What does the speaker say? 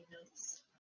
notes